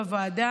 בוועדה.